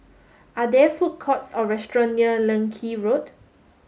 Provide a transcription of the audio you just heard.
are there food courts or restaurants near Leng Kee Road